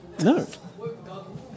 no